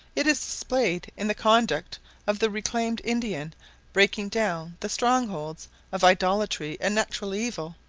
it is displayed in the conduct of the reclaimed indian breaking down the strong-holds of idolatry and natural evil,